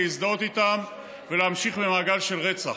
להזדהות איתם ולהמשיך למעגל של רצח.